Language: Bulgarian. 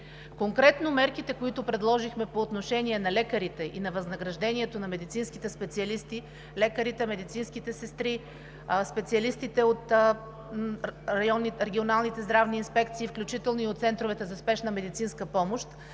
Конкретно мерките, които предложихме по отношение на възнаграждението на медицинските специалисти – лекарите медицинските сестри, специалистите от регионалните здравни инспекции, включително и от центровете за спешна медицинска помощ,